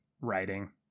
writing